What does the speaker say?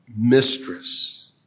mistress